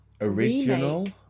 original